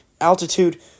altitude